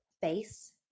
face